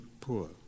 poor